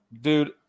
Dude